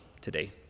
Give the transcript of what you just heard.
today